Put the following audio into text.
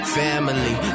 family